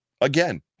again